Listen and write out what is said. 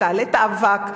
והיא תעלה את האבק.